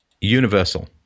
universal